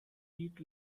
eat